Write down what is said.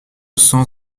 cent